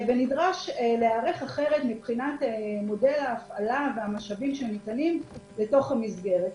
ונדרש להיערך אחרת מבחינת מודל ההפעלה והמשאבים שניתנים בתוך המסגרת.